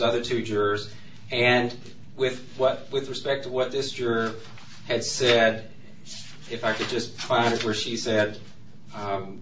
other two jurors and with what with respect to what is your head said if i could just find it where she said